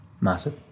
massive